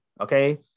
okay